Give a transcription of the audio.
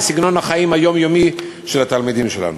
לסגנון החיים היומיומי של התלמידים שלנו.